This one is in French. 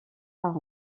par